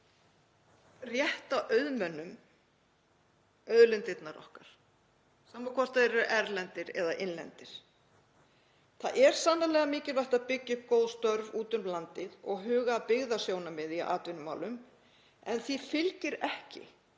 rétta auðmönnum auðlindirnar okkar, sama hvort þeir eru erlendir eða innlendir. Það er sannarlega mikilvægt að byggja upp góð störf úti um landið og huga að byggðasjónarmiði í atvinnumálum en því fylgir ekki